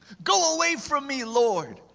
go away from me, lord!